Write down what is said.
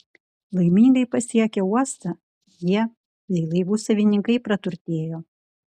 laimingai pasiekę uostą jie bei laivų savininkai praturtėjo